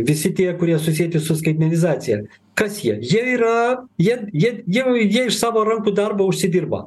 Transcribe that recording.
visi tie kurie susieti su skaitmenizacija kas jie jie yra jie jie jie jie iš savo rankų darbo užsidirba